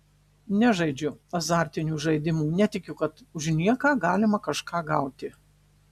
nežaidžiu azartinių žaidimų netikiu kad už nieką galima kažką gauti